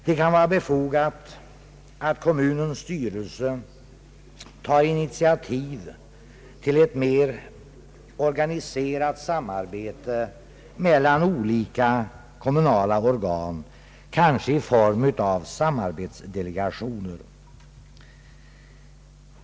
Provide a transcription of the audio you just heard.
Det kan vara befogat att kommunens styrelse tar initiativ till ett mera organiserat samarbete mellan olika kommunala organ — kanske i form av samarbetsdelegationer.